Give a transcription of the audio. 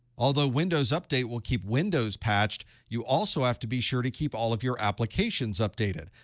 although windows update will keep windows patched, you also have to be sure to keep all of your applications updated.